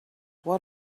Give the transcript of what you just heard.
what